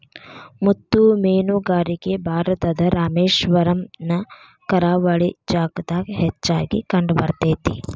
ಮುತ್ತು ಮೇನುಗಾರಿಕೆ ಭಾರತದ ರಾಮೇಶ್ವರಮ್ ನ ಕರಾವಳಿ ಭಾಗದಾಗ ಹೆಚ್ಚಾಗಿ ಕಂಡಬರ್ತೇತಿ